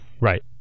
Right